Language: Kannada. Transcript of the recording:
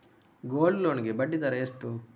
ಗೋಲ್ಡ್ ಲೋನ್ ಗೆ ಬಡ್ಡಿ ದರ ಎಷ್ಟು?